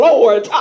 Lord